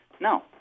No